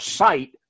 sight